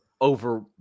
over